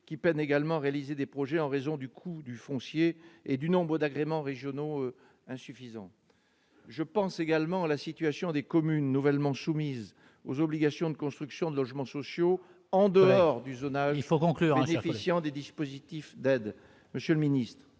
qui peinent également réaliser des projets en raison du coût du foncier et du nombre d'agréments régionaux insuffisant, je pense également à la situation des communes nouvellement soumises aux obligations de construction de logements sociaux en dehors du zonage, il faut donc leur insertion des dispositifs d'aide, monsieur le Ministre